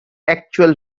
actual